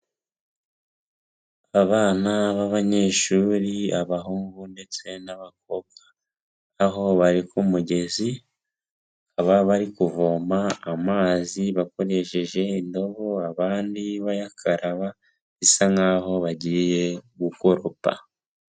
Abana b'abanyeshuri abahungu ndetse n'abakobwa aho bari ku mugezi bakaba bari kuvoma amazi bakoresheje indobo abandi bayakaraba bisa nkaho bagiye gukoropa.